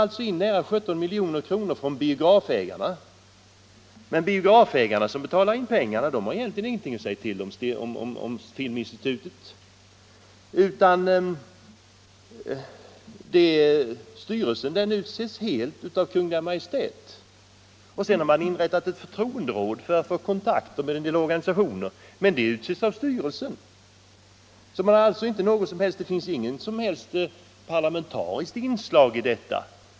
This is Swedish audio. Stiftelsen tar in 17 milj.kr. från biografägarna, men biografägarna som betalar in pengarna har egentligen ingenting att säga till om i Film institutets styrelse som utses helt av regeringen. Det har inrättats ett förtroenderåd för kontakt med en del organisationer, men det rådet utses av styrelsen, och det finns inget som helst parlamentariskt inslag i detta.